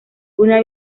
una